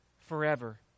forever